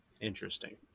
interesting